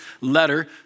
letter